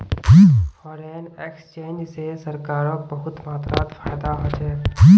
foreign exchange स सरकारक बहुत मात्रात फायदा ह छेक